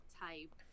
type